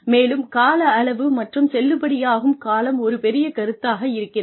மேலும் கால அளவு மற்றும் செல்லுபடியாகும் காலம் ஒரு பெரிய கருத்தாக இருக்கிறது